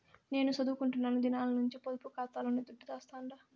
నేను సదువుకుంటున్న దినాల నుంచి పొదుపు కాతాలోనే దుడ్డు దాస్తండా